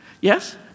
Yes